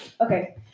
okay